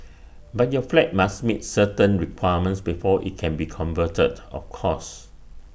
but your flat must meet certain requirements before IT can be converted of course